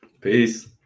Peace